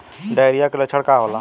Diarrhoea के लक्षण का होला?